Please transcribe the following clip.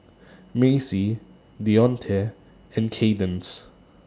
Macey Dionte and Kaydence